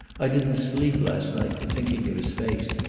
i didn't sleep last night for thinking of his face.